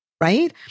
right